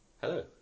Hello